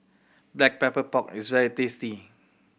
Black Pepper Pork is very tasty